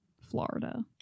Florida